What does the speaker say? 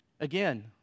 Again